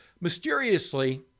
Mysteriously